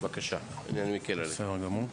אני מקל עלייך.